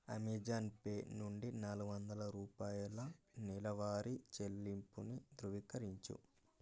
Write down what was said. Amazon Pay నుండి నాలుగు వందల రూపాయల నెలవారీ చెల్లింపుని ధృవీకరించు